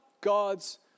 gods